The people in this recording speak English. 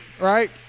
right